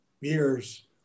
years